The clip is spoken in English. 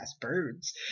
birds